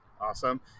Awesome